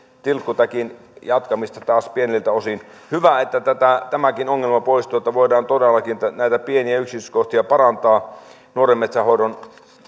tilkkutäkin jatkamista taas pieniltä osin hyvä että tämäkin ongelma poistuu että voidaan todellakin näitä pieniä yksityiskohtia parantaa nuoren metsän hoidon